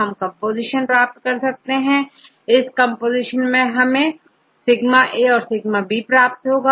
हम कंपोजीशन प्राप्त कर सकते हैं इस कंपोजीशन से हमेंσऔर σ प्राप्त हो जाएगा